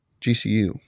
GCU